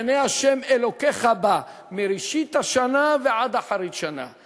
עיני ה' אלקיך בה מראשית השנה ועד אחרית שנה".